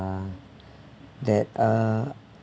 uh that uh